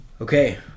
Okay